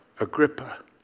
Agrippa